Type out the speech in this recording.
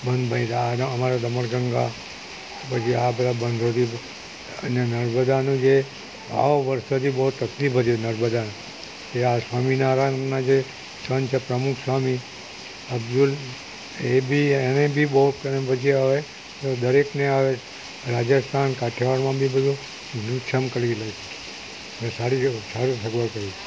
બંધ બાંધ્યા અને અમારે દમણ ગંગા પછી આ બધા બંધો અને નર્મદાનું જે આવા વરસોથી જે બહુ તકલીફ હતી નર્મદા તે આ સ્વામિનારાયણના જે સંત છે પ્રમુખ સ્વામી એમ એબી એણે બી બહુ કં અને હવે દરેકને હવે રાજસ્થાન કાઠિયાવાડ બધું લીલુંછમ ને સારું સગવડ કરી